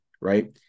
right